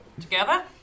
Together